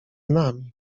nami